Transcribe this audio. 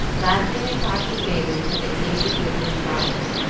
laughing and talking gayly till they came to goodwin's rocks,